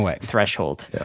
threshold